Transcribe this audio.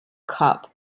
cup